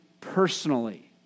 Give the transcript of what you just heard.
personally